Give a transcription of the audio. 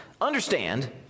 understand